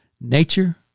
nature